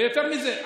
ויותר מזה,